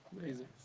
Amazing